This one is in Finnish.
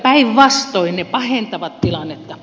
päinvastoin ne pahentavat tilannetta